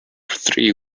three